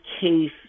case